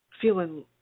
feeling